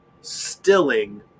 stilling